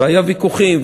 והיו ויכוחים,